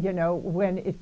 you know when it